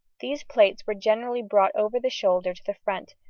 these plaits were generally brought over the shoulder to the front,